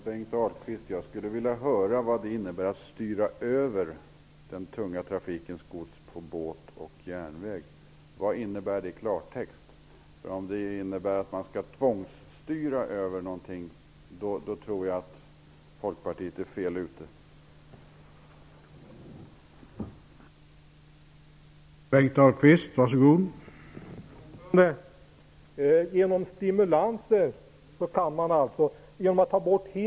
Herr talman! Jag skulle vilja höra, Bengt Ahlquist, vad som i klartext menas med att styra över den tunga trafikens gods till båt och järnväg. Om det innebär att man skall tvångsstyra över någonting, tror jag att Folkpartiet är ute på fel väg.